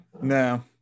No